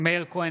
מירב כהן,